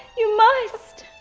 you must.